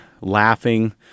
laughing